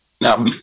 Now